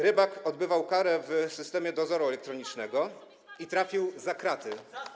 Rybak odbywał karę w systemie dozoru elektronicznego i trafił za kraty.